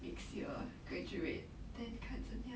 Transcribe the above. next year graduate then 看怎样